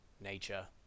nature